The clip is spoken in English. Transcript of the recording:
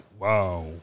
Wow